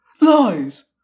Lies